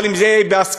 אבל אם זה יהיה בהסכמה,